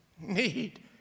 need